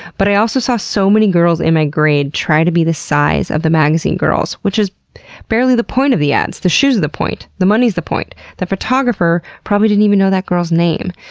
but i also saw so many girls in my grade try to be the size of the magazine girls which is barely the point of the ads. the shoe's the point. the money's the point! the photographer probably didn't even know that girl's name.